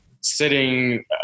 sitting